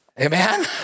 Amen